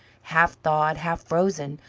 half thawed, half frozen,